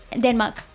Denmark